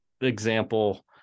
example